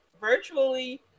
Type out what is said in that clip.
virtually